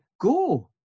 go